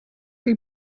chi